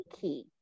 key